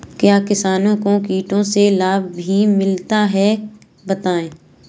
क्या किसानों को कीटों से लाभ भी मिलता है बताएँ?